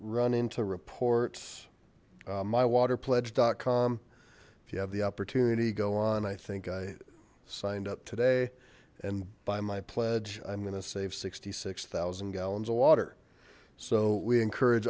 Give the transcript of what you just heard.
run into reports my water pledge calm if you have the opportunity go on i think i signed up today and buy my pledge i'm gonna save sixty six thousand gallons of water so we encourage